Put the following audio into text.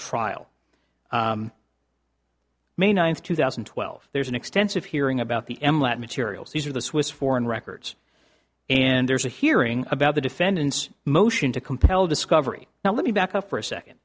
trial may ninth two thousand and twelve there's an extensive hearing about the m let materials these are the swiss foreign records and there's a hearing about the defendants motion to compel discovery now let me back up for a second